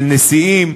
של נשיאים,